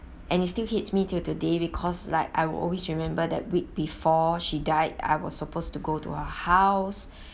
and it still hits me till today because like I will always remember that week before she died I was supposed to go to her house